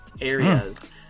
areas